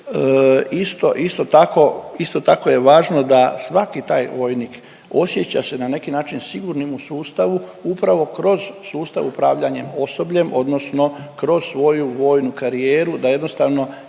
isto tako je važno da svaki taj vojnik osjeća se na neki način sigurnim u sustavu upravo kroz sustav upravljanja osobljem, odnosno kroz svoju vojnu karijeru da jednostavno